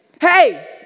hey